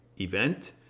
event